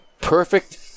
perfect